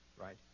right